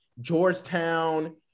Georgetown